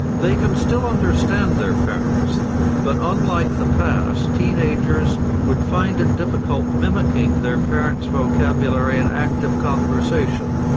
they can still understand their parents but unlike the past teenagers would find it difficult mimicking their parents' vocabulary in active conversation.